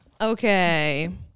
Okay